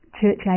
church